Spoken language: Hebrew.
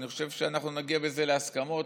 אני חושב שאנחנו נגיע בזה להסכמות.